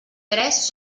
tres